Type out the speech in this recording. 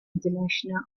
international